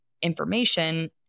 Information